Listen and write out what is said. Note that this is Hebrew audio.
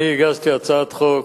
אני הגשתי הצעת חוק